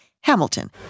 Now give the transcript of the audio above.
Hamilton